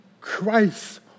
Christ